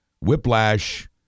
Whiplash